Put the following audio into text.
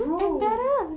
bro